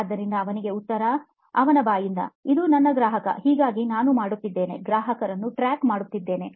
ಆದ್ದರಿಂದ ಅವನಿಂದ ಉತ್ತರ ಅವನ ಬಾಯಿಂದ ಇದು ನನ್ನ ಗ್ರಾಹಕ ಹಾಗಾಗಿ ನಾನು ಮಾಡುತ್ತಿದ್ದೇನೆ ಗ್ರಾಹಕರನ್ನು ಟ್ರ್ಯಾಕ್ ಮಾಡುತ್ತೇನೆ